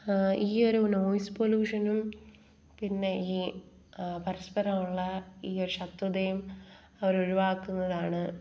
ആ ഈയൊരു നോയിസ് പൊലൂഷനും പിന്നെ ഈ പരസ്പരമുള്ള ഈ ശത്രുതയും അവരൊഴിവാക്കുന്നതാണ്